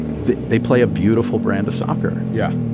they play a beautiful brand of soccer. yeah.